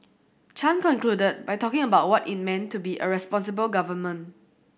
Chan concluded by talking about what it meant to be a responsible government